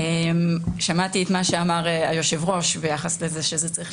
שמעתי מה שאמר היושב-ראש שזה צריך